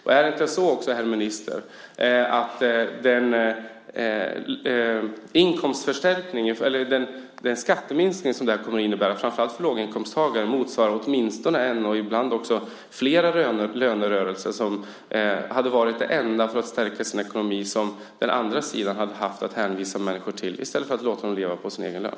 Stämmer det inte, herr minister, att den skatteminskning som regeringens förslag kommer att innebära för en låginkomsttagare motsvarar åtminstone en, kanske flera, lönerörelser som skulle ha varit det enda sättet att stärka sin ekonomi som den andra sidan hade kunnat hänvisa människor till i stället för att låta dem leva på sin lön?